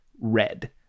red